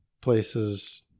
places